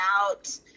out